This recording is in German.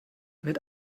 mit